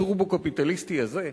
הטורבו-קפיטליסטי הזה,